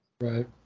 right